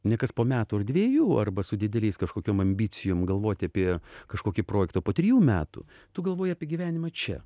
ne kas po metų ar dviejų arba su dideliais kažkokiom ambicijom galvoti apie kažkokį projektą po trijų metų tu galvoji apie gyvenimą čia